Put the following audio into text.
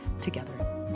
together